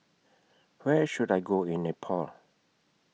Where should I Go in Nepal